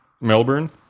Melbourne